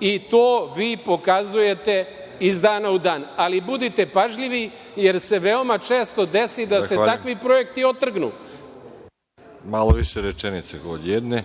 i to vi pokazujete iz dana u dan, ali budite pažljivi, jer se veoma često desi da se takvi projekti otrgnu. **Veroljub Arsić** Hvala. Malo više rečenica od jedne.